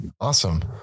Awesome